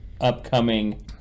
upcoming